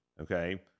okay